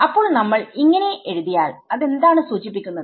അപ്പോൾ നമ്മൾ എന്ന് എഴുതിയാൽ അതെന്താണ് സൂചിപ്പിക്കുന്നത്